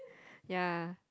yeah